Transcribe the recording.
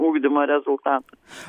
ugdymo rezultatą